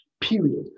period